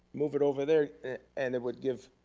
move it over there and it would give